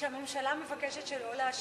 שהממשלה מבקשת שלא להשיב,